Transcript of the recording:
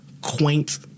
quaint